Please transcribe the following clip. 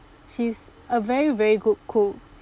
she's a very very good cook